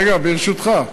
רגע, ברשותך.